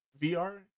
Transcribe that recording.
VR